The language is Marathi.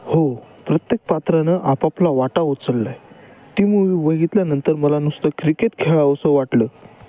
हो प्रत्येक पात्रानं आपापला वाटा उचलला आहे ती मूवी बघितल्यानंतर मला नुसतं क्रिकेट खेळावंसं वाटलं